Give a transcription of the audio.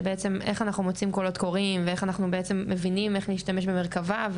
איך אנחנו מוצאים קולות קוראים ואיך אנחנו מבינים להשתמש במרכבה,